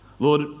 Lord